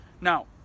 now